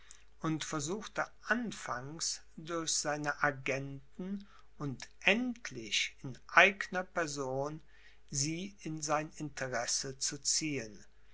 und versuchte anfangs durch seine agenten und endlich in eigner person sie in sein interesse zu ziehen